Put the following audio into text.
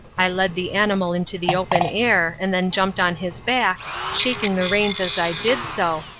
i led the animal into the open air, and then jumped on his back, shaking the reins as i did so,